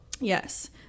yes